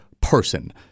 person